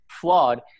flawed